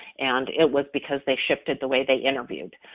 and it was because they shifted the way they interviewed.